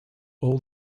all